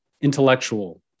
intellectual